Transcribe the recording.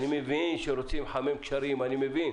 אני מבין שרוצים לחמם קשרים, אני מבין,